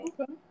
Okay